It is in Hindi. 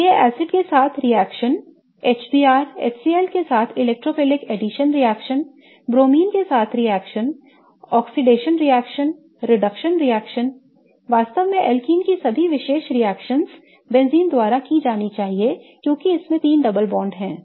तो ये एसिड के साथ रिएक्शन HBr HCl के साथ इलेक्ट्रोफिलिक addition रिएक्शन ब्रोमीन के साथ रिएक्शन ऑक्सीकरण रिएक्शन reduction रिएक्शन वास्तव में alkene की सभी विशेष रिएक्शन बेंजीन द्वारा की जानी चाहिए क्योंकि इसमें तीन डबल बॉन्ड हैं